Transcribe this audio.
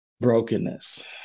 brokenness